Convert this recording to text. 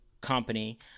company